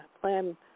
plan